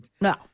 No